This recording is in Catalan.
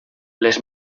les